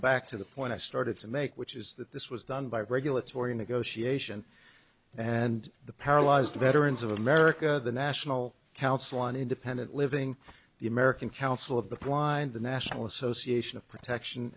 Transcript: back to the point i started to make which is that this was done by regulatory negotiation and the paralyzed veterans of america the national council on independent living the american council of the blind the national association of protection